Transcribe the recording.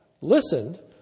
listened